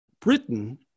Britain